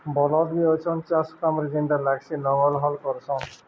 ବଲଦ୍ ବି ଅଛନ୍ ଚାଷ୍ କାମ୍ରେ ଯେନ୍ତା ଲାଗ୍ସି ନଙ୍ଗଲ୍ ହଲ୍ କର୍ସନ୍